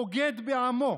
בוגד בעמו.